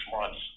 months